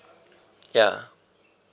ya